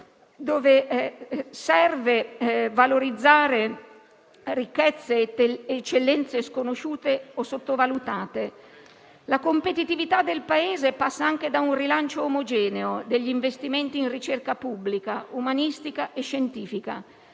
che serve a valorizzare ricchezze ed eccellenze sconosciute o sottovalutate. La competitività del Paese passa anche da un rilancio omogeneo degli investimenti in ricerca pubblica, umanistica e scientifica,